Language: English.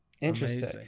Interesting